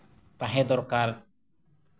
ᱛᱟᱦᱮᱸ ᱫᱚᱨᱠᱟᱨ